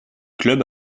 club